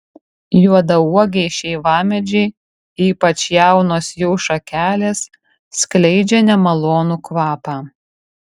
juodauogiai šeivamedžiai ypač jaunos jų šakelės skleidžia nemalonų kvapą